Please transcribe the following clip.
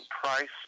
Price